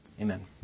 Amen